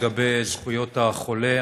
לגבי זכויות החולה,